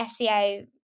SEO